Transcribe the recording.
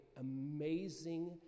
amazing